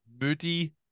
moody